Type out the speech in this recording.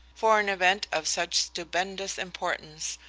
for an event of such stupendous importance,